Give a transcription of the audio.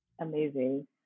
Amazing